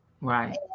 right